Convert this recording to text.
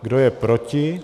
Kdo je proti?